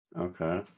okay